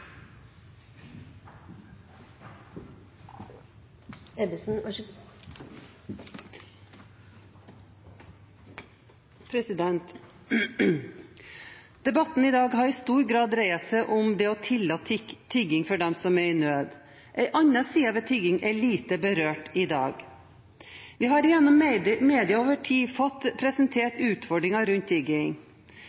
et nasjonalt tiggerforbud. Debatten i dag har i stor grad dreid seg om det å tillate tigging for dem som er i nød. En annen side ved tigging er lite berørt i dag. Vi har gjennom media over tid fått